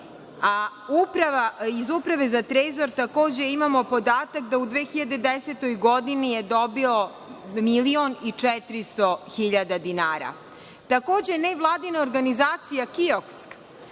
a iz Uprave za trezor, takođe imamo podatak da u 2010. godini je dobio milion i 400 000 dinara. Takođe, Nevladine organizacija KIOKS,